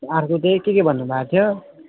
अर्को चाहिँ के के भन्नुभएको थियो